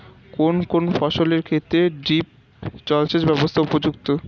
কোন কোন ফসলের ক্ষেত্রে ড্রিপ জলসেচ ব্যবস্থা উপযুক্ত?